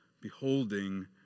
beholding